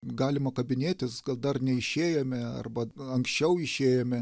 galima kabinėtis gal dar neišėjome arba anksčiau išėjome